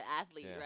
athlete